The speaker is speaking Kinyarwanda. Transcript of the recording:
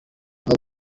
aba